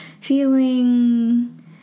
feeling